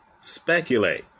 speculate